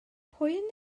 pwy